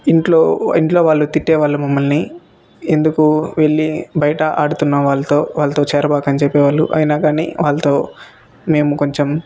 ఇంట్లో ఇంట్లో వాళ్ళు తిట్టేవాళ్ళు మమ్మల్ని ఎందుకు వెళ్ళి బయట ఆడుతున్నావు వాళ్లతో వాళ్లతో చేరబాక అని చెప్పేవాళ్ళు అయినా కానీ వాళ్లతో మేము కొంచెం